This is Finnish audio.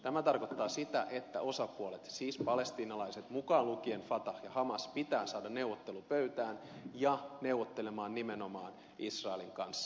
tämä tarkoittaa sitä että osapuolet siis palestiinalaiset mukaan lukien fatah ja hamas pitää saada neuvottelupöytään ja neuvottelemaan nimenomaan israelin kanssa